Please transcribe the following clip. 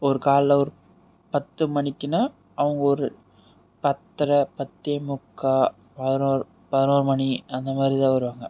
ஒரு காலைல ஒரு பத்து மணிக்கின்னா அவங்க ஒரு பத்தரை பத்தேமுக்கா பதினோர் பதினோர் மணி அந்தமாதிரிதான் வருவாங்க